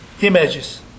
images